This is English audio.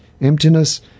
Emptiness